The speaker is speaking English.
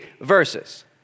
verses